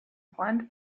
freund